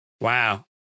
Wow